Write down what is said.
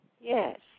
Yes